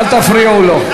אל תפריעו לו.